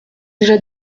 déjà